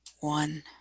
one